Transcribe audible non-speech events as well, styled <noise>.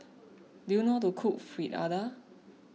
<noise> do you know to cook Fritada